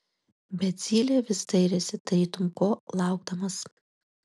bet zylė vis dairėsi tarytum ko laukdamas